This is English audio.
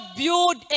build